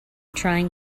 trying